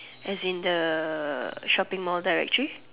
as in the shopping Mall directory